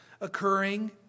occurring